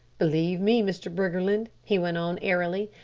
believe me, mr. briggerland, he went on airily,